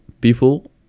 people